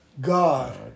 God